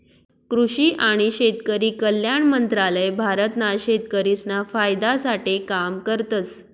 कृषि आणि शेतकरी कल्याण मंत्रालय भारत ना शेतकरिसना फायदा साठे काम करतस